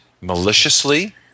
maliciously